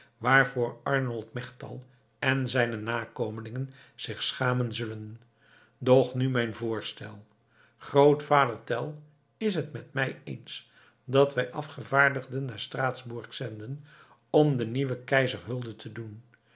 waarvoor arnold melchtal en zijne nakomelingen zich schamen zullen doch nu mijn voorstel grootvader tell is het met mij eens dat wij afgevaardigden naar straatsburg zenden om den nieuwen keizer hulde te doen